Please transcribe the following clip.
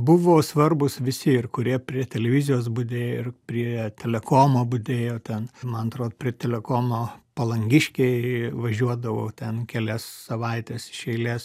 buvo svarbūs visi ir kurie prie televizijos budėjo ir prie telekomo budėjo ten man atrodo prie telekomo palangiškiai važiuodavo ten kelias savaites iš eilės